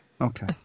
Okay